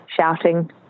shouting